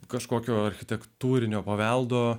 kažkokio architektūrinio paveldo